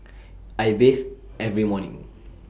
I bathe every morning